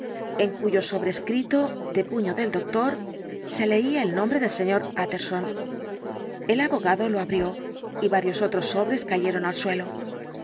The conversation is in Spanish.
en cuyo sobrescrito de puño del doctor se leía el nombre del sr utterson el abogado lo abrió y varios otros sobres cayeron al suelo